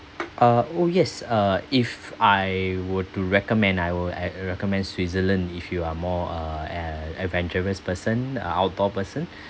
uh oh yes uh if I were to recommend I will I'll uh recommend switzerland if you are more uh ad~ adventurous person uh outdoor person